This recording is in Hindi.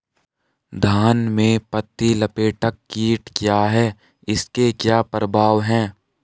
धान में पत्ती लपेटक कीट क्या है इसके क्या प्रभाव हैं?